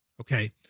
Okay